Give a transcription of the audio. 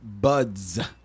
buds